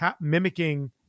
mimicking